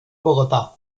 bogotá